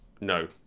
No